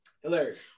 Hilarious